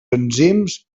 enzims